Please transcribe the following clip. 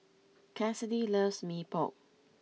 Kassidy loves Mee Pok